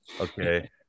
Okay